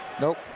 Nope